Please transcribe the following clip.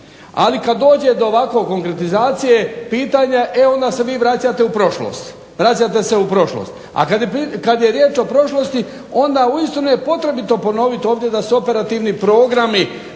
Ali kad dođe do ovako konkretizacije pitanja e onda se vi vraćate u prošlost. A kad je riječ o prošlosti onda uistinu je potrebno ponoviti ovdje da su operativni programi